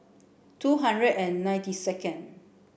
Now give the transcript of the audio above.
two hundred and ninety second